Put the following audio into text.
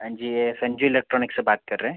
हाँ जी संजय इलेक्ट्रॉनिक से बात कर रहे हैं